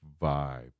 vibe